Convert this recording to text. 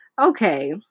okay